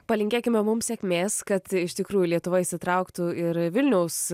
palinkėkime mums sėkmės kad iš tikrųjų lietuva įsitrauktų ir vilniaus